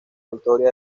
victoria